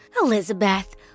Elizabeth